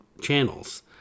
channels